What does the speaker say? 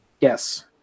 Yes